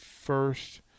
first